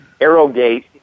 Arrowgate